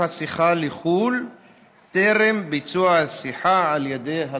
השיחה לחו"ל טרם ביצוע השיחה על ידי הצרכן.